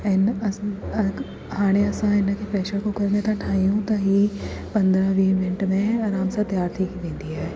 ऐं हाणे असां हिन खे प्रेशर कूकर में था ठाहियूं त हीउ पंद्रहं वीह मिंट में आराम सां तयार थी वेंदी आहे